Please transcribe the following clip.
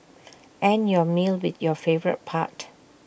end your meal with your favourite part